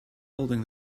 holding